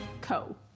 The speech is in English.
Co